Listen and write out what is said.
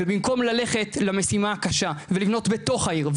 ובמקום ללכת למשימה הקשה ולבנות בתוך העיר,